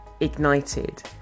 ignited